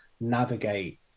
navigate